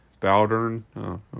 Bowdern